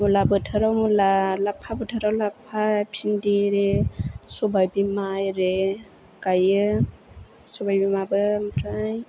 मुला बोथोराव मुला लाफा बोथोराव लाफा भेन्दि एरि सबाय बिमा एरि गायो सबाय बिमाबो ओमफ्राय